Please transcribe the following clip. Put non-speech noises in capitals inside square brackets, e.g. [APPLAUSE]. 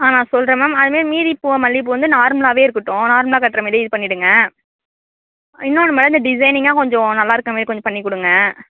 ஆ நான் சொல்கிறேன் மேம் அதுமாரி மீதி பூவை மல்லிகைப்பூ வந்து நார்மலாகவே இருக்கட்டும் நார்மலாக கட்டுற மாரி இது பண்ணிடுங்க இன்னொன்னு [UNINTELLIGIBLE] டிசைனிங்காக கொஞ்சம் நல்லா இருக்கமாரி கொஞ்சம் பண்ணிக்கொடுங்க